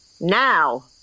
now